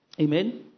Amen